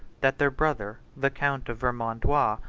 that their brother, the count of vermandois,